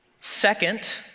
Second